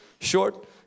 Short